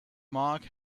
mark